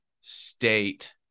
state